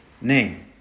name